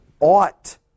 ought